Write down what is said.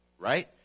right